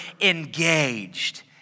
engaged